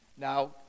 Now